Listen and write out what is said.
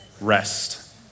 rest